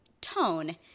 tone